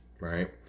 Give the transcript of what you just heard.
right